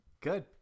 Good